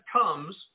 comes